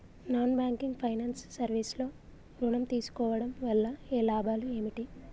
Non banking finance service లో ఋణం తీసుకోవడం వల్ల లాభాలు ఏమిటి?